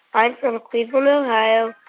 i'm from cleveland, ohio.